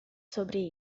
sobre